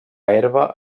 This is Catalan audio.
herba